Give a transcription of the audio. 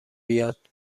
بیاد